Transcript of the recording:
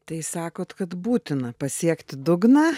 tai sakot kad būtina pasiekti dugną